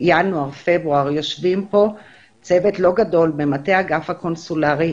ינואר-פברואר יושבים פה צוות לא גדול במטה אגף הקונסולרי,